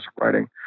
writing